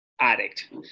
addict